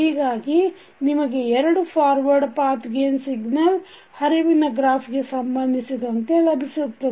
ಹೀಗಾಗಿ ನಿಮಗೆ ಎರಡು ಫಾರ್ವರ್ಡ್ ಪಾಥ್ ಗೇನ್ ಸಿಗ್ನಲ್ ಹರಿವಿನ ಗ್ರಾಫ್ ಗೆ ಸಂಬಂಧಿಸಿದಂತೆ ಲಭಿಸುತ್ತದೆ